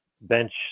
bench